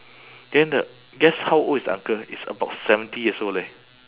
then the guess how old is the uncle he's about seventy years old leh